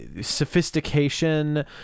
sophistication